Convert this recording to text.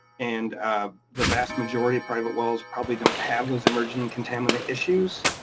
and the vast majority of private wells probably don't have those emerging contaminant issues.